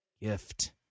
gift